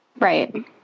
right